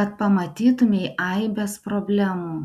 kad pamatytumei aibes problemų